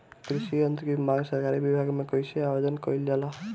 कृषि यत्र की मांग सरकरी विभाग में कइसे आवेदन कइल जाला?